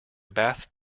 bath